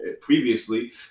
previously